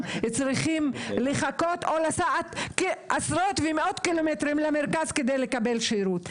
הם צריכים לחכות ולנסוע עשרות ומאות קילומטרים למרכז כדי לקבל שירות.